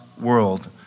world